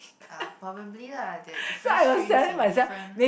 uh probably lah there are different strains in different